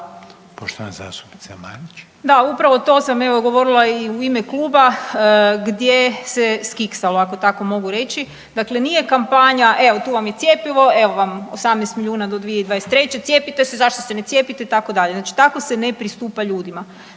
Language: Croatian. Da, upravo to sam evo, govorila i u ime kluba gdje se skiksalo, ako tamo mogu reći. Dakle nije kampanja, evo, tu vam je cjepivo, evo vam 18 milijuna do 2023., cijepite se, zašto se ne cijepite, itd. Znači tako se ne pristupa ljudima.